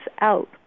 out